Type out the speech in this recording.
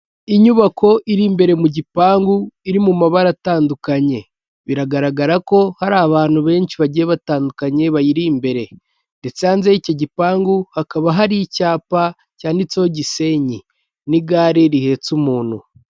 Inyubako iri imbere mu gipangu iri mu mabara atandukanye, biragaragara ko hari abantu benshi bagiye batandukanye bayiri imbere ndetse hanze y'ikicyo gipangu hakaba hari icyapa cyanditseho Gisenyi n'igare rihetse umuntu.